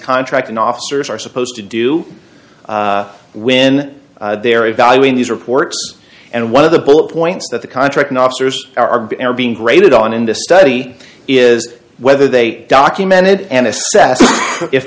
contracting officers are supposed to do when they're evaluating these reports and one of the bullet points that the contracting officers are being graded on in this study is whether they documented and i